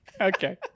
okay